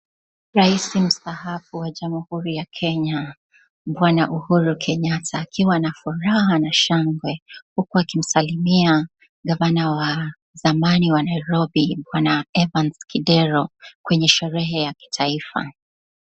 Rais mstaafu wa jamhuri ya Kenya, bwana Uhuru Kenyatta, akiwa na furaha na shangwe, huku akimsalimia gavana wa zamani wa Nairobi, bwana Evans Kidero, kwenye sherehe ya kitaifa.